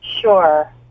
Sure